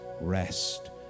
rest